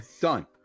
Done